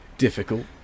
difficult